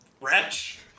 wretch